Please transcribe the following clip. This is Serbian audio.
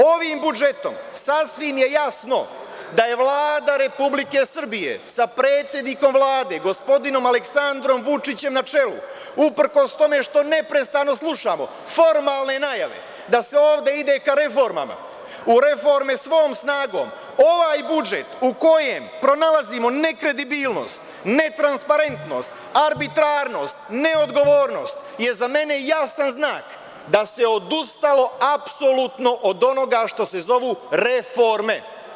Ovim budžetom sasvim je jasno da je Vlada Republike Srbije sa predsednikom Vlade, gospodinom Aleksandrom Vučićem na čelu, uprkos tome što neprestano slušamo formalne najave da se ovde ide ka reformama, u reforme svom snagom, ovaj budžet, u kojem pronalazimo nekredibilnost, netransparentnost, arbitrarnost, neodgovornost, za mene je jasan znak da se odustalo apsolutno od onoga što se zovu reforme.